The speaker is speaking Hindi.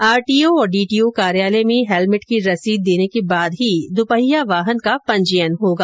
आरटीओ और डीटीओ कार्यालय में हैलमेट की रसीद देने के बाद ही दुपहिया वाहन का पंजीयन होगा